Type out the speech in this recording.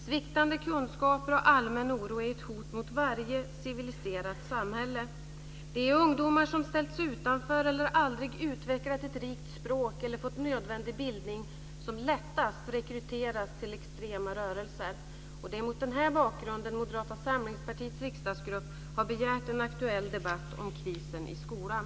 Sviktande kunskaper och allmän oro är ett hot mot varje civiliserat samhälle. Det är ungdomar som ställts utanför eller aldrig utvecklat ett rikt språk eller fått nödvändig bildning som lättast rekryteras till extrema rörelser. Det är mot den bakgrunden Moderata samlingspartiets riksdagsgrupp har begärt en aktuell debatt om krisen i skolan.